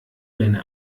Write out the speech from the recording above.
deine